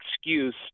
excuse